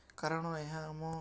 କାରଣ ଏହା ଆମ